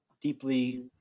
deeply